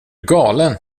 galen